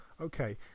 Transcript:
Okay